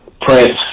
prince